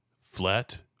flat